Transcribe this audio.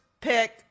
pick